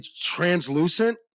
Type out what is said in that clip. translucent